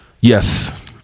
Yes